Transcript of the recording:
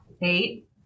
Eight